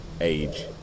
Age